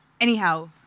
Anyhow